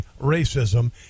racism